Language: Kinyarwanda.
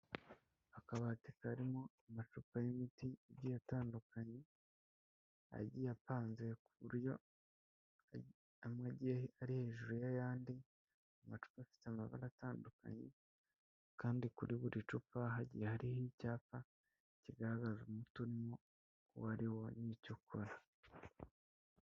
Akabati karimo amacupa y'imiti igiyetandukanye agiye apanze ku buryo amwe ari hejuru y'ayandi, amacupa afite amabara atandukanye kandi kuri buri cupa hagiye hariho icyapa kigaragaje umuti urimo uwo ariwo n'icyo ukora.